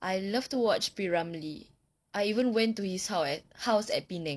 I love to watch P ramlee I even went to his hou~ house at penang